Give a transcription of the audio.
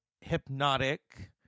hypnotic